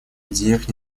идеях